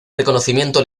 reconocimiento